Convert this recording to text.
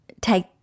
take